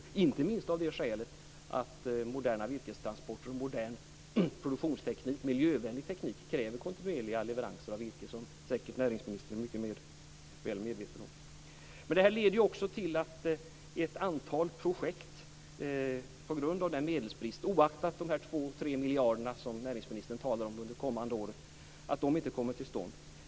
Det gäller inte minst av det skälet att moderna virkestransporter och modern miljövänlig produktionsteknik kräver kontinuerliga leveranser av virke, vilket näringsministern säkert är mycket väl medveten om. Detta leder också till att ett antal projekt på grund av medelsbrist - oaktat de 2-3 miljarder som näringsministern talar om under det kommande året - inte kommer till stånd.